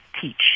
teach